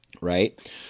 Right